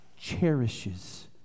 cherishes